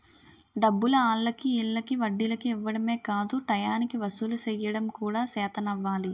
డబ్బులు ఆల్లకి ఈల్లకి వడ్డీలకి ఇవ్వడమే కాదు టయానికి వసూలు సెయ్యడం కూడా సేతనవ్వాలి